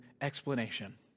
explanation